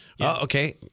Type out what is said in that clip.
Okay